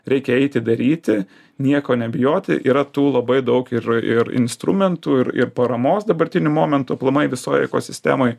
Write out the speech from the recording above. reikia eiti daryti nieko nebijoti yra tų labai daug ir ir instrumentų ir ir paramos dabartiniu momentu aplamai visoj ekosistemoj